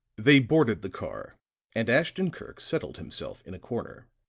they boarded the car and ashton-kirk settled himself in a corner.